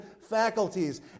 faculties